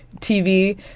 tv